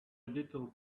little